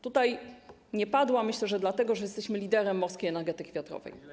Tutaj to nie padło, a myślę, że dlatego, iż jesteśmy liderem morskiej energetyki wiatrowej.